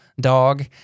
dog